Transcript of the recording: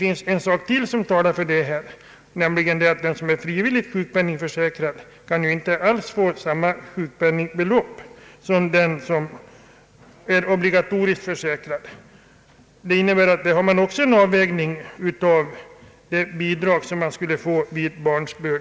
ännu en sak talar för detta, nämligen att den som är frivilligt sjukpenningförsäkrad inte får samma sjukpenningbelopp som den som är obligatoriskt försäkrad. Det innebär att man där också har en avvägning av det bidrag som skulle utgå vid barnsbörd.